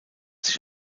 sich